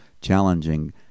challenging